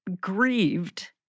grieved